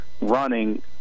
running